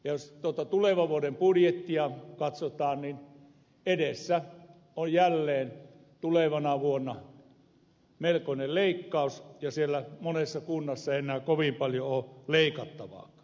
jos tulevan vuoden budjettia katsotaan edessä on jälleen tulevana vuonna melkoinen leikkaus ja siellä monessa kunnassa ei enää kovin paljon ole leikattavaakaan